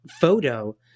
photo